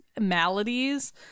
maladies